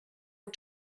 and